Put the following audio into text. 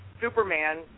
Superman